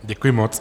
Děkuji moc.